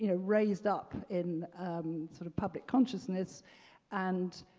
you know raised up in sort of public consciousness and,